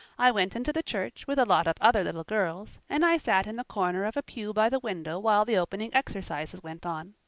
i went into the church, with a lot of other little girls, and i sat in the corner of a pew by the window while the opening exercises went on.